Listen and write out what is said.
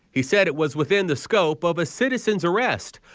he said it was within the scope of a citizens arrest,